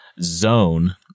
Zone